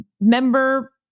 member